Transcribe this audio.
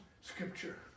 scripture